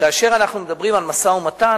כאשר אנחנו מדברים על משא-ומתן,